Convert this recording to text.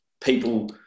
people